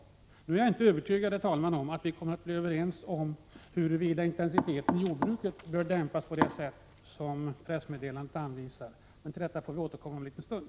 Jag är inte övertygad om att vi kommer att bli överens om att intensiteten i jordbruket bör dämpas på det sätt som anvisas i pressmeddelandet. Till detta får vi återkomma om en liten stund.